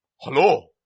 Hello